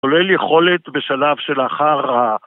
כולל יכולת בשלב שלאחר ה...